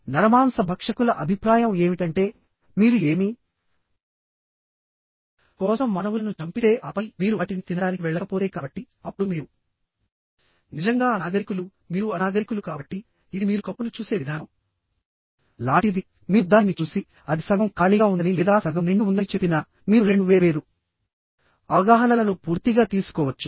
నరమాంస భక్షకుల అభిప్రాయం ఏమిటంటేమీరు ఏమీ కోసం మానవులను చంపితే ఆపై మీరు వాటిని తినడానికి వెళ్ళకపోతే కాబట్టి అప్పుడు మీరు నిజంగా అనాగరికులు మీరు అనాగరికులు కాబట్టి ఇది మీరు కప్పును చూసే విధానం లాంటిది మీరు దానిని చూసిఅది సగం ఖాళీగా ఉందని లేదా సగం నిండి ఉందని చెప్పినామీరు రెండు వేర్వేరు అవగాహనలను పూర్తిగా తీసుకోవచ్చు